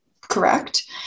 correct